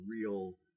real